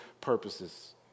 purposes